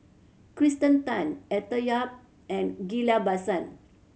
Kirsten Tan Arthur Yap and Ghillie Basan